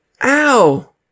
Ow